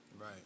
right